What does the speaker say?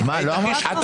(מיכל שיר סגמן יוצאת